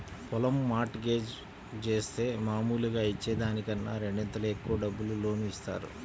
పొలం mortgage జేత్తే మాములుగా ఇచ్చే దానికన్నా రెండింతలు ఎక్కువ డబ్బులు లోను ఇత్తారు